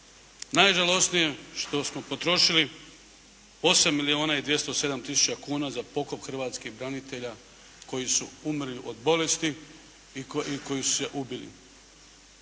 najžalosnije što smo potrošili 8 milijuna i 207 tisuća kuna za pokop hrvatskih branitelja koji su umrli od bolesti i koji su se ubili.